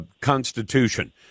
Constitution